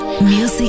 Music